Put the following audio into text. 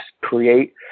create